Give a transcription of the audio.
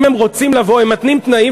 אם הם רוצים לבוא הם מתנים תנאים,